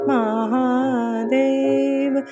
Mahadev